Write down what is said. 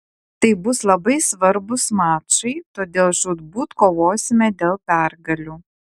tai bus labai svarbūs mačai todėl žūtbūt kovosime dėl pergalių